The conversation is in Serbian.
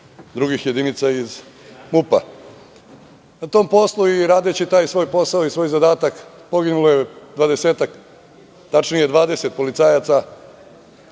drugih jedinica iz MUP-a. Na tom poslu i radeći taj svoj posao i svoj zadatak, poginulo je 20-ak,